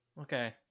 Okay